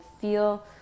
feel